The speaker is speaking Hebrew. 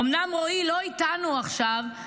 אומנם רועי לא איתנו עכשיו,